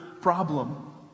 problem